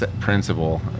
principle